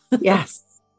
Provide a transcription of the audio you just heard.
Yes